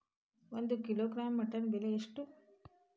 ಒಂದು kilogram mutton ಬೆಲೆ ಎಷ್ಟ್?